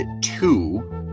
two